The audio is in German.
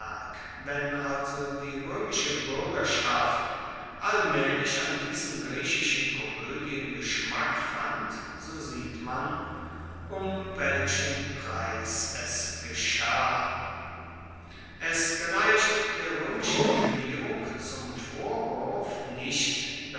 wenn also die roemische buergerschaft allmaehlich an diesen griechischen komoedien geschmack fand so sieht man um weichen preis es geschah es gereicht der roemischen regierung zum vorwurf nicht